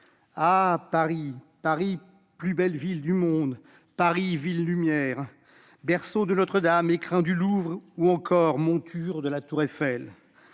Ah, Paris ! Paris, plus belle ville du monde ! Paris, ville lumière ! Berceau de Notre-Dame, écrin du Louvre ou encore monture de la tour Eiffel.